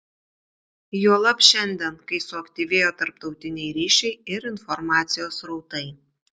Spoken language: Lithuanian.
juolab šiandien kai suaktyvėjo tarptautiniai ryšiai ir informacijos srautai